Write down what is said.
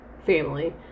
family